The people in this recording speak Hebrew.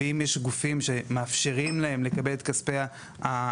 ואם יש גופים שמאפשרים להם לקבל את כספי הלקוחות,